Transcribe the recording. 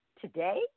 today